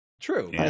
true